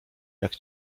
jak